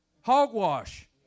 Hogwash